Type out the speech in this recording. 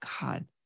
God